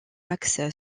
axe